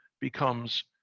becomes